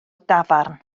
dafarn